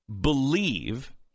believe